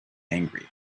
angry